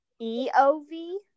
E-O-V